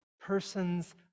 Persons